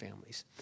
families